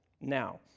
now